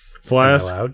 Flask